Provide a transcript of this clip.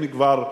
אם כבר,